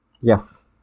Yes